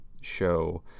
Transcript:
show